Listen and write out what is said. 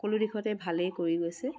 সকলো দিশতে ভালেই কৰি গৈছে